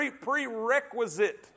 prerequisite